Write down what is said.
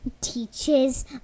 teaches